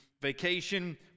Vacation